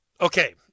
Okay